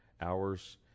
hours